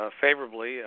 favorably